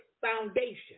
foundation